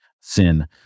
sin